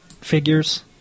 figures